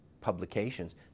publications